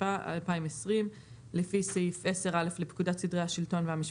התשפ"א-2020 (לפי סעיף 10א לפקודת סדרי השלטון והמשפט,